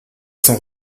sans